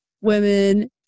women